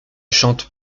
chante